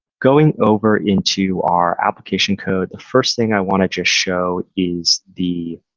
going over into our application code. the first thing i wanted to show is the